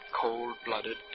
Cold-blooded